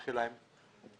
שלהם.